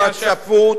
רגע,